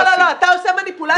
לא, אתה עושה מניפולציות כרגיל.